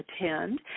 attend